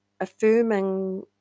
affirming